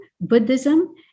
buddhism